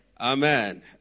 Amen